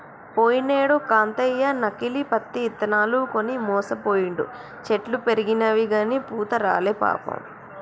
పోయినేడు కాంతయ్య నకిలీ పత్తి ఇత్తనాలు కొని మోసపోయిండు, చెట్లు పెరిగినయిగని పూత రాలే పాపం